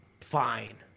fine